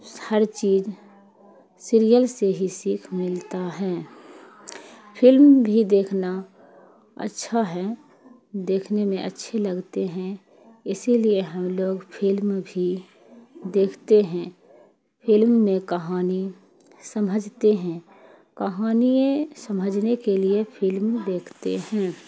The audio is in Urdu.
ہر چیز سیریل سے ہی سیکھ ملتا ہیں پھلم بھی دیکھنا اچھا ہے دیکھنے میں اچھے لگتے ہیں اسی لیے ہم لوگ پھلم بھی دیکھتے ہیں پھلم میں کہانی سمجھتے ہیں کہانی سمجھنے کے لیے پھلم دیکھتے ہیں